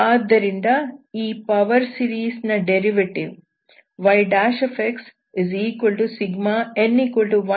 ಆದ್ದರಿಂದ ಈ power series ನ ಡೆರಿವೆಟಿವ್ yxn1cnnxn 1 ಆಗಿದೆ